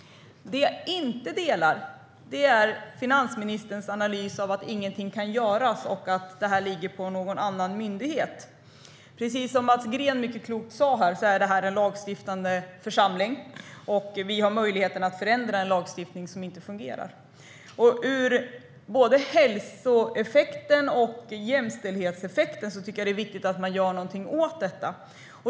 Det jag inte delar är finansministerns analys av att ingenting kan göras och att detta ligger på någon annan myndighet. Precis som Mats Green mycket klokt sa här är detta en lagstiftande församling, och vi har möjligheten att förändra en lagstiftning som inte fungerar. Med tanke på både hälsoeffekten och jämställdhetseffekten tycker jag att det är viktigt att man gör någonting åt detta.